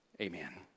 Amen